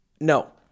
No